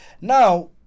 Now